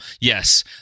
yes